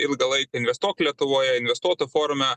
ilgalaikėj investuok lietuvoje investuotų forume